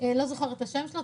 לא זוכרת את השם שלו,